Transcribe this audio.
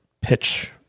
pitch